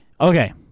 Okay